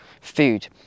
food